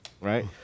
Right